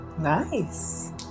Nice